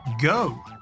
go